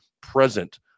present